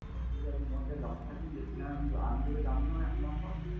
অঁ ঠিক আছে মই এতিয়া গামোচাখিনি তেতিয়া আনিবলৈ যাম নহয় আপোনাৰ ওচৰত